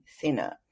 thinner